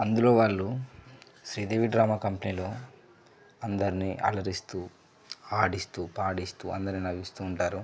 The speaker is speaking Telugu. అందులో వాళ్ళు శ్రీదేవి డ్రామా కంపెనీలో అందరినీ అలరిస్తూ ఆడిస్తూ పాడిస్తూ అందరినీ నవ్విస్తూ ఉంటారు